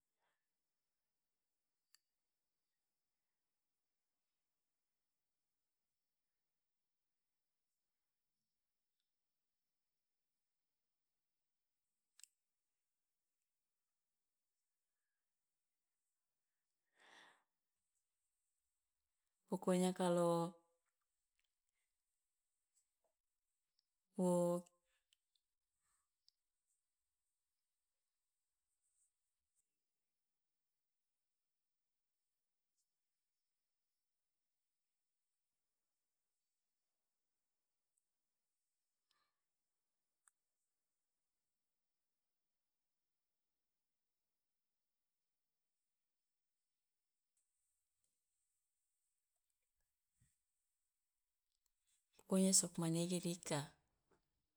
Pokonya kalu wo pokonya sokmanege dika.